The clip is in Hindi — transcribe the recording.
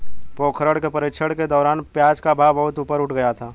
पोखरण के प्रशिक्षण के दौरान प्याज का भाव बहुत ऊपर उठ गया था